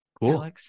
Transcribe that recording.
Cool